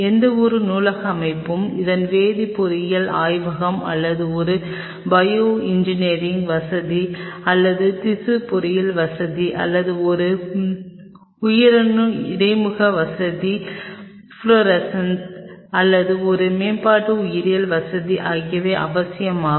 எந்தவொரு நூலக அமைப்பும் அதன் வேதியியல் உயிரியல் ஆய்வகம் அல்லது ஒரு பயோ இன்ஜினியரிங் வசதி அல்லது திசு பொறியியல் வசதி அல்லது பொருள் உயிரணு இடைமுக வசதி ஃப்ளோரசன்ட் அல்லது ஒரு மேம்பாட்டு உயிரியல் வசதி ஆகியவை அவசியம் ஆகும்